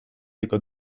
jego